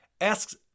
asks